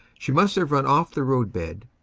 she must have run off the roadbed,